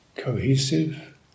Cohesive